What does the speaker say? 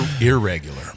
irregular